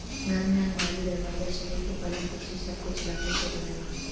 घर में अलमारी, दरवाजा से लेके पलंग, कुर्सी सब कुछ लकड़ी से बनला